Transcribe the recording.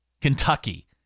Kentucky